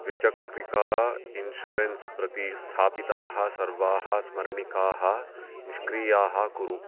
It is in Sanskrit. द्विचक्रिका इन्शुरन्स् प्रति स्थापिताः सर्वाः स्मरणिकाः निष्क्रियाः कुरु